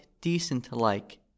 decent-like